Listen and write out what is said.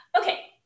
Okay